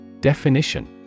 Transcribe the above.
Definition